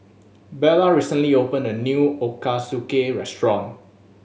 Bella recently opened a new Ochazuke restaurant